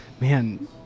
Man